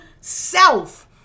self